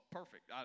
perfect